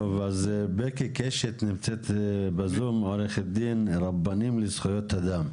עו"ד בקי קשת נמצאת בזום, רבנים לזכויות אדם.